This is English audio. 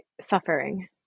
suffering